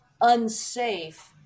unsafe